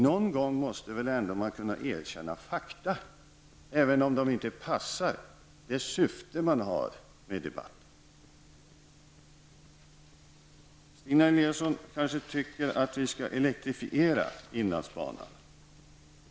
Någon gång måste man väl ändå kunna erkänna fakta, även om det inte passar det syfte man har med debatten. Stina Eliasson kanske tycker att vi skall elektrifiera inlandsbanan.